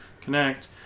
connect